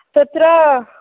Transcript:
तत्र